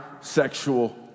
sexual